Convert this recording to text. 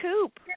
coop